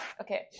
Okay